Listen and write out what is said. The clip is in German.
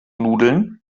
nudeln